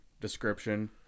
description